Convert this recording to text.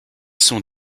sont